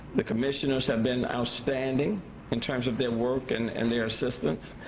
the commissioners have been outstanding in terms of their work and and their assistance.